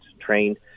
trained